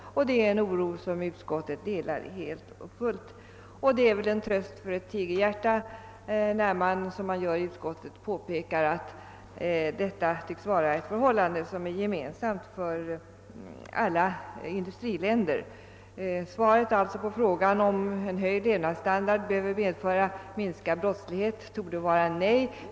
Det är en oro som utskottet delar helt och fullt. Det är väl en tröst för ett tigerhjärta, när man, såsom sker i utskottets utlåtande, påpekar att den ökade brottsligheten tycks vara ett förhållande som är gemensamt för alla industriländer. Svaret på frågan om en höjd levnadsstandard medför minskad brottslighet torde alltså vara nej.